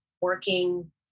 working